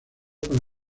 para